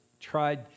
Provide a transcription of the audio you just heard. tried